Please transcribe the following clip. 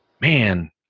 man